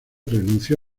renunció